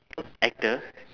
actor